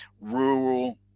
rural